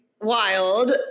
wild